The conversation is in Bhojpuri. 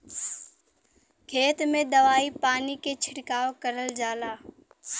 खेत में दवाई पानी के छिड़काव करल जाला